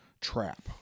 trap